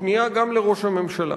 פנייה גם לראש הממשלה,